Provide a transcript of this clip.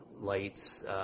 lights